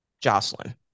Jocelyn